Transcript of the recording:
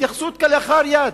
והתייחסות כלאחר יד,